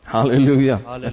Hallelujah